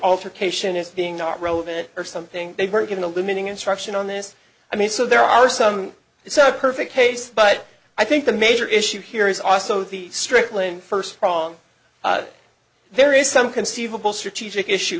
altercation as being not relevant or something they were given a limiting instruction on this i mean so there are some it's a perfect case but i think the major issue here is also the strickland first prong there is some conceivable strategic issue